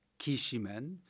kishimen